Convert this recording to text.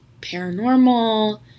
paranormal